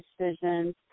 decisions